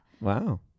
Wow